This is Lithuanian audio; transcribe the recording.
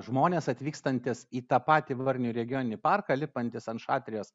žmonės atvykstantys į tą patį varnių regioninį parką lipantys ant šatrijos